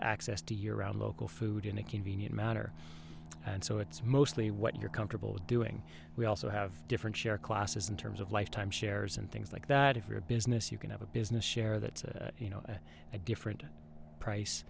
access to year around local food in a convenient matter and so it's mostly what you're comfortable doing we also have different share classes in terms of lifetime shares and things like that if you're a business you can have a business share that you know at a different price